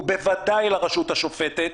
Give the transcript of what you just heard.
ובוודאי לרשות השופטת,